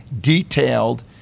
detailed